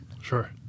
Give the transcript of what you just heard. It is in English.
Sure